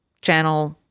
Channel